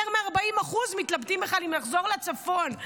יותר מ-40% מתלבטים אם בכלל לחזור לצפון.